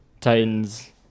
Titans